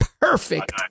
perfect